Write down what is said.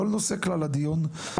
לא לנושא כלל הדיון,